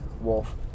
wolf